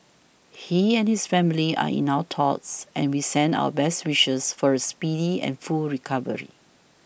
he and his family are in our thoughts and we send our best wishes for a speedy and full recovery